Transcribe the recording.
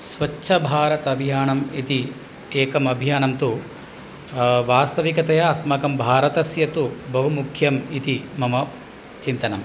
स्वच्छभारत अभियानम् इति एकम् अभियानं तु वास्तविकतया अस्माकं भारतस्य तु बहु मुख्यम् इति मम चिन्तनम्